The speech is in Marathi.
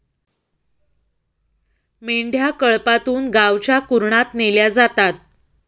मेंढ्या कळपातून गावच्या कुरणात नेल्या जातात